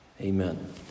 Amen